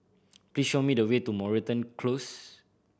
please show me the way to Moreton Close